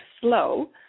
slow